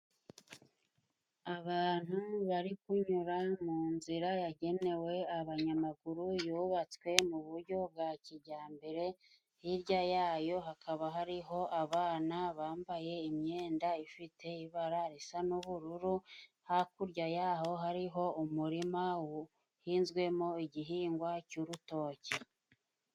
Abantu bari kunyura mu nzira yagenewe abanyamaguru yubatswe mu bujyo bwa kijyambere, hirya yayo hakaba hariho abana bambaye imyenda ifite ibara risa n'ubururu, hakurya y'aho hariho umurima uhinzwemo igihingwa cy'urutoki.